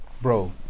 bro